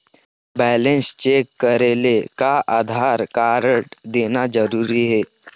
Balance check करेले का Aadhaar card देना जरूरी हे?